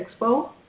expo